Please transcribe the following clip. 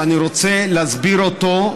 ואני רוצה להסביר אותו,